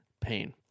pain